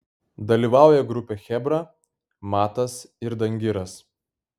dalyvauja grupė chebra matas ir dangiras